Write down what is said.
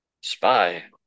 Spy